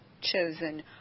chosen